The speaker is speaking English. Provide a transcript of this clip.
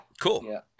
Cool